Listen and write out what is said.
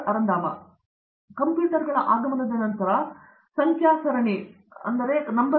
ಅರಂದಾಮ ಸಿಂಗ್ ಆದ್ದರಿಂದ ಕಂಪ್ಯೂಟರ್ಗಳ ಈ ಆಗಮನದ ನಂತರ ಸಂಖ್ಯಾ ಸರಣಿಗಳಂತಹ ಹೊಸ ಕ್ಷೇತ್ರಗಳು